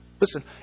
listen